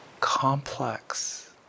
complex